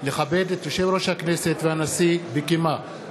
לכבד את יושב-ראש הכנסת ואת הנשיא בקימה.